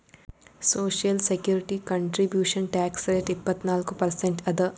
social security contribution tax rate ಇಪ್ಪತ್ನಾಲ್ಕು percent ಅದ